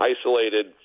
isolated